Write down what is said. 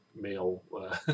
male